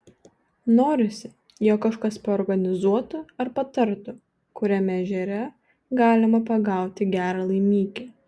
norisi jog kažkas paorganizuotų ar patartų kuriame ežere galima pagauti gerą laimikį